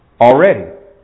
already